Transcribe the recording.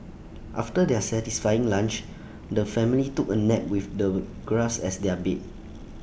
after their satisfying lunch the family took A nap with the grass as their bed